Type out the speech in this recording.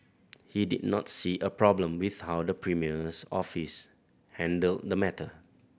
he did not see a problem with how the premier's office handled the matter